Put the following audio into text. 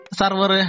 server